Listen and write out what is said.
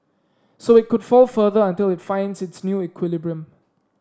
so it could fall further until it finds its new equilibrium